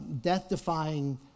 death-defying